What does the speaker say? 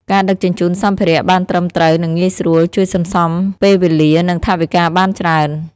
ការដឹកជញ្ជូនសម្ភារៈបានត្រឹមត្រូវនិងងាយស្រួល ជួយសន្សំពេលវេលា និងថវិកាបានច្រើន។